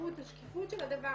בזכות השקיפות של הדבר,